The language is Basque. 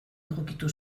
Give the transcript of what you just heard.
egokitu